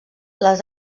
les